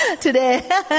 today